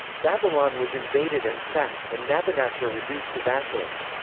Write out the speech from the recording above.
babylon was invaded and sacked and nabonassar reduced to vassalage.